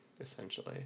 essentially